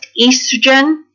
estrogen